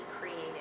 created